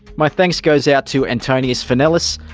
my thanks goes out to antonius funnellus,